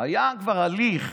היה כבר הליך,